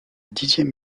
dixième